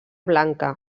blanca